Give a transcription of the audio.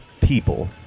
people